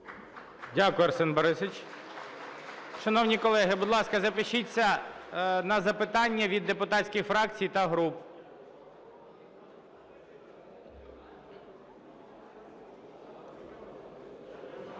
Дякую, Арсен Борисович. Шановні колеги, будь ласка, запишіться на запитання від депутатських фракцій та груп.